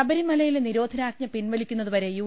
ശബരിമലയിലെ നിരോധനാജ്ഞ പിൻവലിക്കുന്നതുവരെ യു